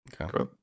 Okay